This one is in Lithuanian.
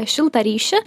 šiltą ryšį